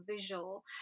visual